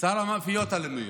שר המאפיות הלאומיות.